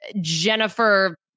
Jennifer